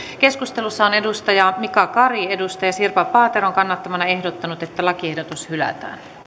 keskustelussa on mika kari sirpa paateron kannattamana ehdottanut että lakiehdotus hylätään